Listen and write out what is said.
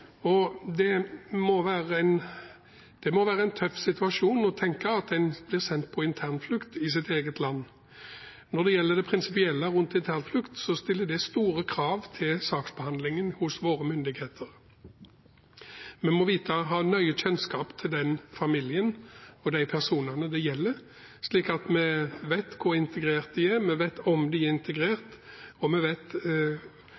og det må være en tøff situasjon å tenke at man blir sendt på internflukt i sitt eget land. Når det gjelder det prinsipielle rundt internflukt, stiller det store krav til saksbehandlingen hos våre myndigheter. Vi må ha nøye kjennskap til den familien og de personene det gjelder, slik at vi vet hvor integrert de er, vet om de er integrert, og vet